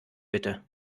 bitte